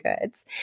Goods